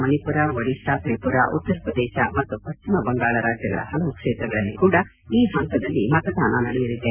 ಮಣಿಪುರ ಒಡಿತಾ ತ್ರಿಪುರಾ ಉತ್ತರ ಪ್ರದೇಶ ಮತ್ತು ಪಶ್ಚಿಮ ಬಂಗಾಳ ರಾಜ್ಯಗಳ ಹಲವು ಕ್ಷೇತ್ರಗಳಲ್ಲಿ ಕೂಡಾ ಈ ಹಂತದಲ್ಲಿ ಮತದಾನ ನಡೆಯಲಿದೆ